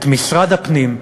את משרד הפנים,